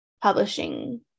publishing